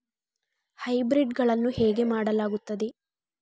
Hybrid ಗಳನ್ನು ಹೇಗೆ ಮಾಡಲಾಗುತ್ತದೆ?